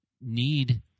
need